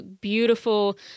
beautiful